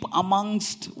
amongst